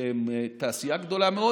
שהם תעשייה גדולה מאוד.